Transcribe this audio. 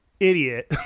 idiot